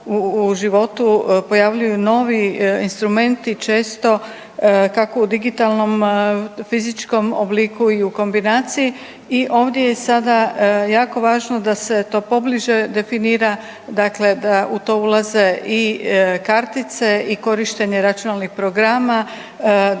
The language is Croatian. u životu pojavljuju novi instrumenti, često kako u digitalnom, fizičkom obliku i u kombinaciji i ovdje je sada jako važno da se to pobliže definira, dakle da u to ulaze i kartice i korištenje računalnih programa,